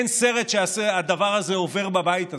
אין סרט שהדבר הזה עובר בבית הזה,